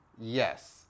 Yes